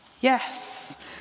Yes